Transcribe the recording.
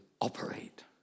operate